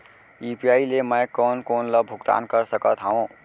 UPI ले मैं कोन कोन ला भुगतान कर सकत हओं?